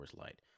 Light